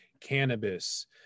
cannabis